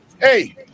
hey